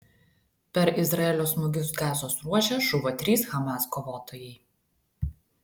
per izraelio smūgius gazos ruože žuvo trys hamas kovotojai